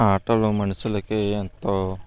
ఆటలు మనుషులకి ఎంతో